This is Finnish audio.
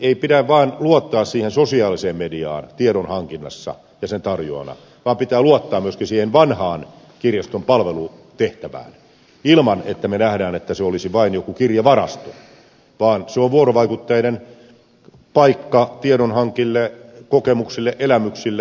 ei pidä vaan luottaa siihen sosiaaliseen mediaan tiedonhankinnassa ja sen tarjoajana vaan pitää luottaa myöskin siihen vanhaan kirjaston palvelutehtävään ilman että me näemme että se olisi vain joku kirjavarasto vaan se on vuorovaikutteinen paikka tiedonhankinnalle kokemuksille elämyksille